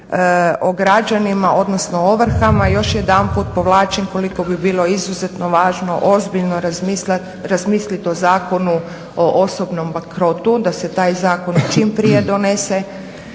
o građanima odnosno ovrha. Još jedanput povlačim koliko bi bilo izuzetno važno ozbiljno razmislit o zakonu o osobnom bankrotu da se taj zakon čim prije donese,